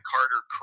Carter